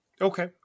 okay